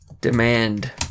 demand